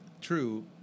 true